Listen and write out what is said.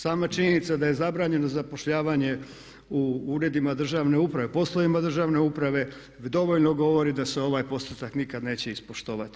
Sama činjenica da je zabranjeno zapošljavanje u uredima državne uprave, poslovima državne uprave dovoljno govori da se ovaj postotak nikada neće ispoštovati.